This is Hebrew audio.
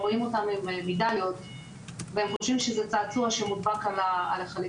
רואים אותם עם מדליות והם חושבים שזה צעצוע שמודבק על החליפה,